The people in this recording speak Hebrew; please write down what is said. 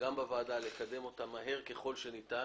לקדם אותה בוועדה מהר ככל שניתן.